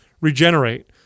regenerate